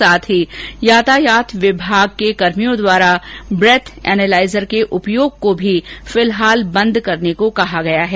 साथ ही यातायात विभाग के कार्मियों द्वारा ब्रेथ एलॉलाईजर के उपयोग को भी फिलहाल बंद करने को कहा गया है